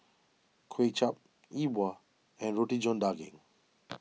Kuay Chap E Bua and Roti John Daging